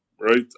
right